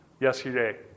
yesterday